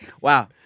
Wow